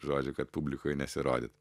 žodžiu kad publikoj nesirodyt